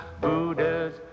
Buddha's